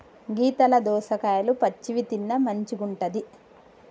గీతల దోసకాయలు పచ్చివి తిన్న మంచిగుంటది